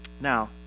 Now